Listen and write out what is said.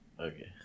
Okay